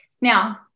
Now